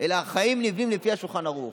אלא החיים נבנים לפי השולחן ערוך.